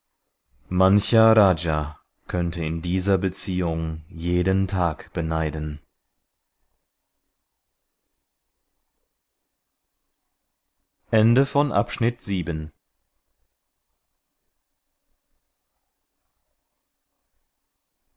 mancher raja könnte in dieser beziehung jeden thag beneiden